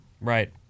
Right